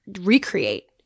recreate